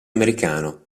americano